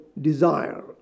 desire